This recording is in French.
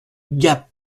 gap